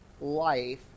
life